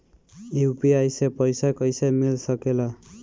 UPI से पइसा कईसे मिल सके ला?